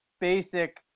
basic